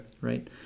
Right